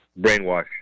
Brainwash